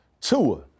Tua